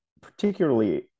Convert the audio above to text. particularly